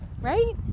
right